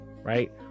right